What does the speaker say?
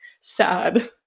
sad